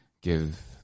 give